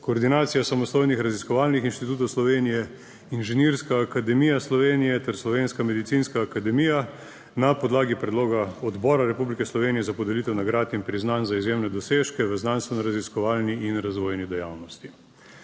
koordinacija samostojnih raziskovalnih inštitutov Slovenije. Inženirska akademija Slovenije ter Slovenska medicinska akademija na podlagi predloga odbora Republike Slovenije za podelitev nagrad in priznanj za izjemne dosežke v znanstveno-raziskovalni in razvojni dejavnosti.